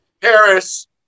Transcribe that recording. Paris